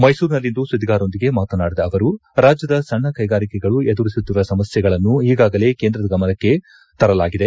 ಮೈಸೂರಿನಲ್ಲಿಂದು ಸುದ್ದಿಗಾರರೊಂದಿಗೆ ಮಾತನಾಡಿದ ಅವರು ರಾಜ್ಯದ ಸಣ್ಣ ಕೈಗಾರಿಕೆಗಳು ಎದುರಿಸುತ್ತಿರುವ ಸಮಸ್ಥೆಗಳನ್ನು ಈಗಾಗಲೇ ಕೇಂದ್ರದ ಗಮನಕ್ಕೆ ಕಳುಹಿಸಿೊಡಲಾಗಿದೆ